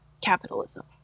Capitalism